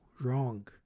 wrong